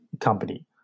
company